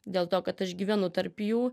dėl to kad aš gyvenu tarp jų